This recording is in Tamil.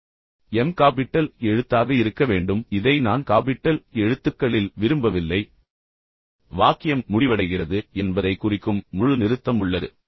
எனவே m காபிட்டல் எழுத்தாக இருக்க வேண்டும் இதை நான் காபிட்டல் எழுத்துக்களில் விரும்பவில்லை பின்னர் வாக்கியம் முடிவடைகிறது என்பதைக் குறிக்கும் முழு நிறுத்தம் உள்ளது